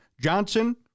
Johnson